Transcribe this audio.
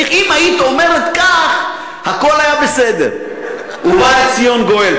אם היית אומרת כך, הכול היה בסדר, ובא לציון גואל.